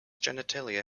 genitalia